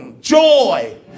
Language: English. joy